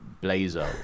blazer